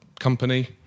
Company